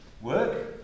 work